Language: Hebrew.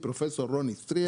פרופ' רוני סטריאר.